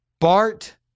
Bart